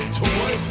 toy